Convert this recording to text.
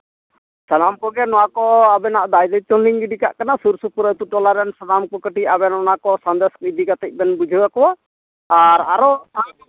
ᱥᱟᱱᱟᱢ ᱠᱚᱜᱮ ᱱᱚᱣᱟ ᱠᱚ ᱟᱵᱮᱱᱟᱜ ᱫᱟᱭ ᱫᱟᱭᱤᱛᱛᱚ ᱨᱮᱞᱤᱧ ᱜᱤᱰᱤ ᱠᱟᱜ ᱠᱟᱱᱟ ᱥᱩᱨᱼᱥᱩᱯᱩᱨ ᱟᱹᱛᱩ ᱴᱚᱞᱟ ᱨᱮᱱ ᱥᱟᱱᱟᱢ ᱠᱚ ᱠᱟᱹᱴᱤᱡ ᱟᱵᱮᱱ ᱚᱱᱟ ᱠᱚ ᱥᱟᱸᱫᱮᱥ ᱤᱫᱤ ᱠᱟᱛᱮᱫ ᱵᱮᱱ ᱵᱩᱡᱷᱟᱹᱣᱟᱠᱚᱣᱟ ᱟᱨ ᱟᱨᱚ